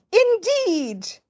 Indeed